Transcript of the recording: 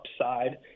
upside